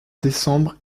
décembre